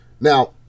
now